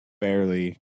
barely